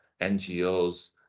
NGOs